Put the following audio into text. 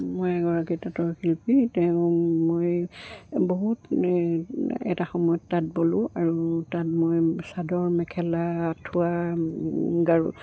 মই এগৰাকী তাঁতৰ শিল্পী তেওঁ মই বহুত এটা সময়ত তাঁত বলোঁ আৰু তাত মই চাদৰ মেখেলা আঁঠুৱা গাৰু